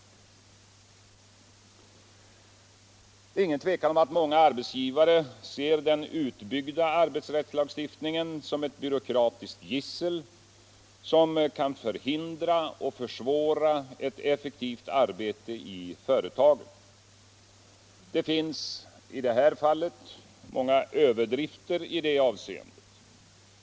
Det är inget tvivel om att många arbetsgivare ser den utbyggda arbetsrättslagstiftningen som ett byråkratiskt gissel som kan förhindra och försvåra ett effektivt arbete i företaget. Det finns i det här fallet många överdrifter i det avseendet.